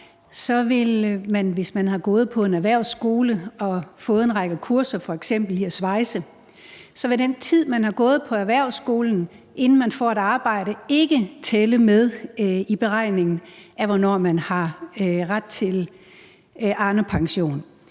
vil den tid, man har gået på en erhvervsskole og taget en række kurser, f.eks i at svejse, inden man får et arbejde, ikke tælle med i beregningen af, hvornår man har ret til Arnepension.